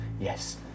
yes